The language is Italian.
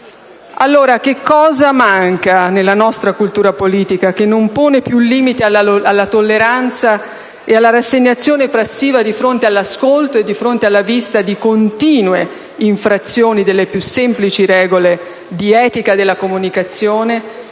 minoranze. Cosa manca, dunque, nella nostra cultura politica, che non pone più limiti alla tolleranza e alla rassegnazione passiva di fronte all'ascolto e alla vista di continue infrazioni delle più semplici regole di etica della comunicazione